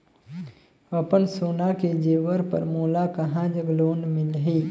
अपन सोना के जेवर पर मोला कहां जग लोन मिलही?